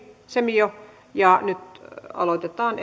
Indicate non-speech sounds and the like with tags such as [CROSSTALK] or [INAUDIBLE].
savio ja nyt aloitetaan [UNINTELLIGIBLE]